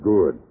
Good